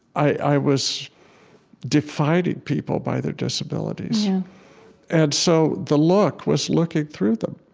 i was defining people by their disabilities yeah and so the look was looking through them,